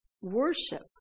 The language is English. worship